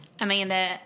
Amanda